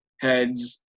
heads